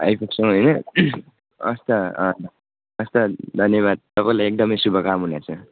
आइपुग्छौँ होइन हस् त हस् त धन्यवाद तपाईँलाई एकदमै शुभकामना छ